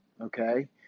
okay